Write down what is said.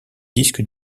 disques